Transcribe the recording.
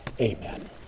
Amen